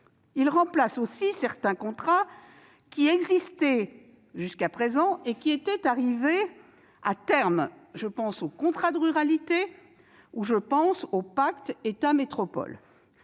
Il remplace aussi certains contrats qui existaient jusqu'à présent et étaient arrivés à terme. Je pense aux contrats de ruralité et aux pactes État-métropoles.